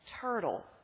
turtle